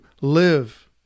live